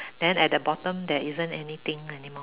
then at the bottom there isn't anything anymore